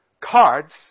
cards